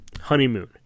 honeymoon